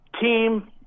Team